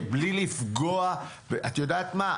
את יודעת מה,